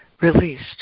released